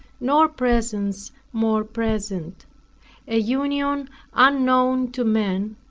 nor presence more present a union unknown to men,